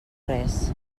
res